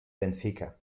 benfica